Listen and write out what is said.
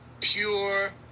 pure